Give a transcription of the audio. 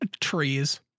Trees